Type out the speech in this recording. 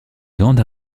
grandes